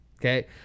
okay